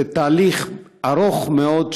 זה תהליך ארוך מאוד,